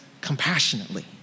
compassionately